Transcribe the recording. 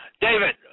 David